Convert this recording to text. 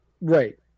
Right